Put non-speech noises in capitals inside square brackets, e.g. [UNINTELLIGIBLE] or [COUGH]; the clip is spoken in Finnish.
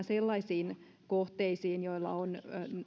[UNINTELLIGIBLE] sellaisiin kohteisiin joilla on